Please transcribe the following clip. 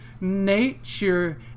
nature